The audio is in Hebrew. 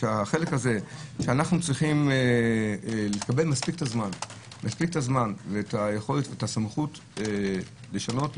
החלק הזה שאנחנו צריכים את הזמן והיכולת והסמכות לשנות,